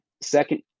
second